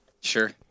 sure